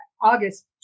August